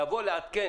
לבוא לעדכן